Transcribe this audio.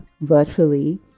virtually